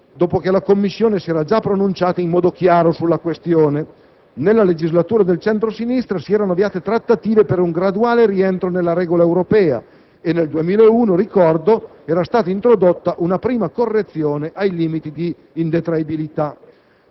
dopo che la Commissione si era già pronunciata in modo chiaro sulla questione. Nella legislatura del centro-sinistra si erano avviate trattative per un graduale rientro nella regola europea e nel 2001, ricordo, era stata introdotta una prima correzione ai limiti di indetraibilità.